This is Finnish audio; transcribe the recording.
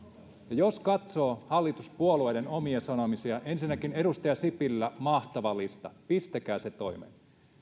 jos katsoo hallituspuolueiden omia sanomisia ensinnäkin edustaja sipilällä mahtava lista pistäkää se toimeen